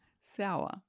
Sour